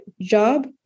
job